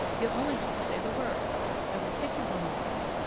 you'll only have to say the word i will take you home with me,